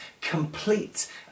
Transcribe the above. complete